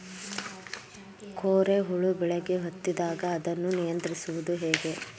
ಕೋರೆ ಹುಳು ಬೆಳೆಗೆ ಹತ್ತಿದಾಗ ಅದನ್ನು ನಿಯಂತ್ರಿಸುವುದು ಹೇಗೆ?